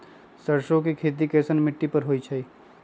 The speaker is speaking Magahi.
सरसों के खेती कैसन मिट्टी पर होई छाई?